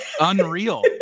unreal